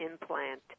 implant